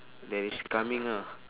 that is coming ah